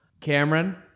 Cameron